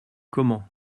comment